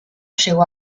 llegó